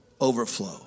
overflow